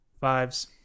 Fives